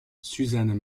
suzanne